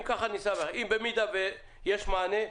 במידה ויש מענה,